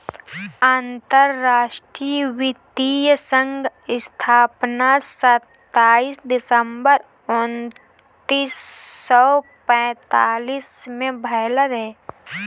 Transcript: अंतरराष्ट्रीय वित्तीय संघ स्थापना सताईस दिसंबर उन्नीस सौ पैतालीस में भयल रहे